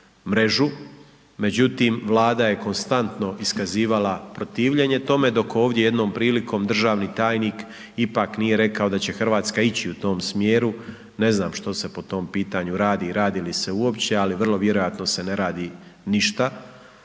međutim, vlada je konstanto iskazivala protivljenje tome, dok, ovdje jednom prilikom, državni tajnik, ipak nije rekao, da će Hrvatska ići u tom smjeru. Ne znam što se po tom pitanju radi i radi li se uopće ali vrlo vjerojatno se ne radi n išta.